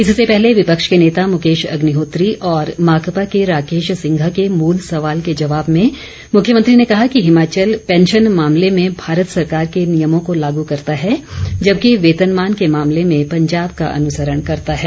इससे पहले विपक्ष के नेता मुकेश अग्निहोत्री और माकपा के राकेश सिंघा के मूल सवाल के जवाब में मुख्यमंत्री ने कहा कि हिमाचल पेंशन मामले में भारत सरकार के नियमों को लाग करता है जबकि वेतनमान के मामले में पंजाब का अनुसरण करता है